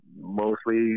mostly